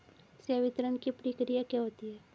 संवितरण की प्रक्रिया क्या होती है?